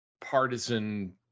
partisan